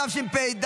התשפ"ד